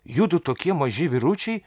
judu tokie maži vyručiai